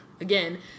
Again